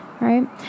Right